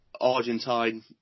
Argentine